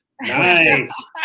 Nice